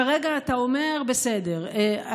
כרגע אתה אומר: בסדר,